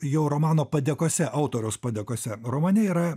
jo romano padėkose autoriaus padėkose romane yra